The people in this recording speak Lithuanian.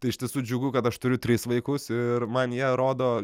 tai iš tiesų džiugu kad aš turiu tris vaikus ir man jie rodo